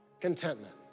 contentment